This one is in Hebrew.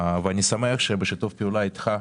אני שמח שבשיתוף פעולה אתך,